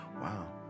wow